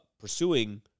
pursuing